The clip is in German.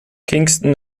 kingston